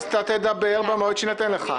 אז אתה תדבר במועד שיינתן לך.